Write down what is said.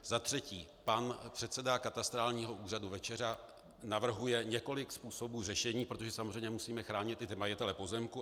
Za třetí, pan předseda katastrálního úřadu Večeřa navrhuje několik způsobů řešení, protože samozřejmě musíme chránit i ty majitele pozemku.